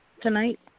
tonight